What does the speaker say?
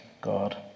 God